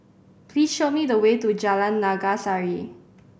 please show me the way to Jalan Naga Sari